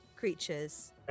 Creatures